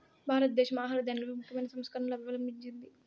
భారతదేశం ఆహార ధాన్యాలపై ముఖ్యమైన సంస్కరణలను అవలంభించింది